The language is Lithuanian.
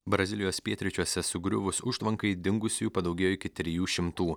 brazilijos pietryčiuose sugriuvus užtvankai dingusiųjų padaugėjo iki trijų šimtų